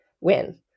win